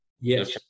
Yes